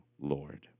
Lord